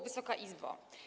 Wysoka Izbo!